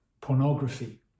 pornography